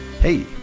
Hey